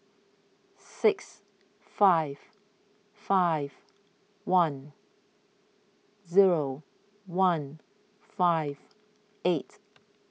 six five five one zero one five eight